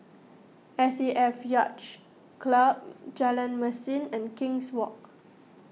S A F Yacht Club Jalan Mesin and King's Walk